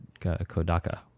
Kodaka